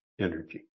energy